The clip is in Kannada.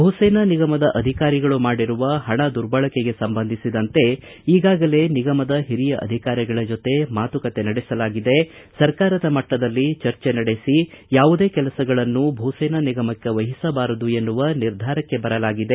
ಭೂಸೇನಾ ನಿಗಮದ ಅಧಿಕಾರಿಗಳು ಮಾಡಿರುವ ಹಣ ದುರ್ಬಳಕೆಗೆ ಸಂಬಂಧಿಸಿದಂತೆ ಈಗಾಗಲೇ ನಿಗಮದ ಹಿರಿಯ ಅಧಿಕಾರಿಗಳ ಜೊತೆ ಮಾತುಕತೆ ನಡೆಸಲಾಗಿದೆ ಸರ್ಕಾರದ ಮಟ್ಟದಲ್ಲಿ ಚರ್ಚೆ ನಡೆಸ ಯಾವುದೇ ಕೆಲಸಗಳನ್ನು ಭೂಸೇನಾ ನಿಗಮಕ್ಕೆ ನೀಡಬಾರದು ಎನ್ನುವ ನಿರ್ಧಾರಕ್ಕೆ ಬರಲಾಗಿದೆ